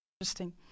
interesting